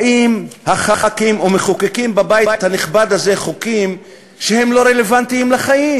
באים חברי הכנסת ומחוקקים בבית הנכבד הזה חוקים שהם לא רלוונטיים לחיים.